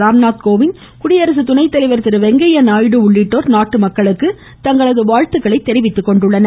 ராம்நாத் கோவிந்த் குடியரசு துணை தலைவர் திரு வெங்கையா நாயுடு உள்ளிட்டோர் நாட்டு மக்களுக்கு தங்களது வாழ்த்துக்களை தெரிவித்துக் கொண்டுள்ளனர்